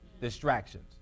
Distractions